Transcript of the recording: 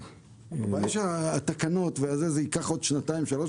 הבעיה היא שהתקנות וזה ייקחו עוד שנתיים-שלוש,